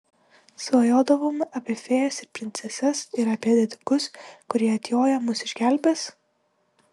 svajodavome apie fėjas ir princeses ir apie didikus kurie atjoję mus išgelbės